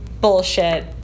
bullshit